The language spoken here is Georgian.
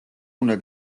უნდა